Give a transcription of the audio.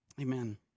amen